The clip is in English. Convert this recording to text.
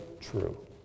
true